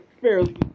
fairly